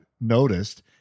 noticed